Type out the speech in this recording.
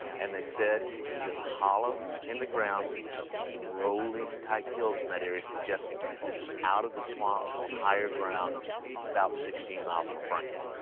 and they said it was in a hollow in the ground, so you're talking some rolling-type hills in that area suggesting this is out of the swamp on higher ground about sixteen miles from franklinton.